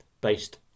based